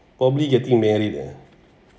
probably getting married ah